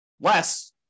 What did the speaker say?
Less